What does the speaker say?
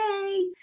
Yay